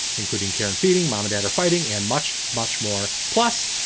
including care and feeding. mom and dad are fighting and much, much more. plus,